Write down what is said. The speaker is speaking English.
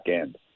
end